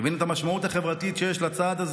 הבין את המשמעות החברתית שיש לצעד הזה